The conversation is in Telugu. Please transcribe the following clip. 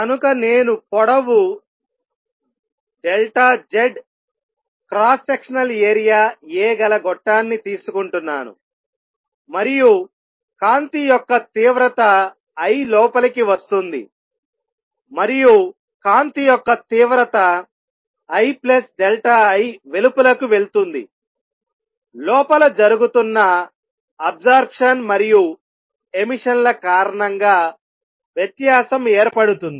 కనుక నేను పొడవు Z cross sectional area a గల గొట్టాన్ని తీసుకుంటున్నాను మరియు కాంతి యొక్క తీవ్రత I లోపలికి వస్తుంది మరియు కాంతి యొక్క తీవ్రత II వెలుపలకు వెళ్తుంది లోపల జరుగుతున్న అబ్సర్బ్షన్ మరియు ఎమిషన్ ల కారణంగా వ్యత్యాసం ఏర్పడుతుంది